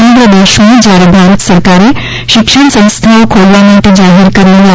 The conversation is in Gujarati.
સમગ્ર દેશમાં જ્યારે ભારત સરકારે શિક્ષણ સંસ્થાઓ ખોલવા માટે જાહેર કરેલી ડ